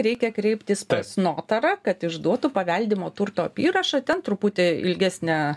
reikia kreiptis pas notarą kad išduotų paveldimo turto apyrašą ten truputį ilgesnė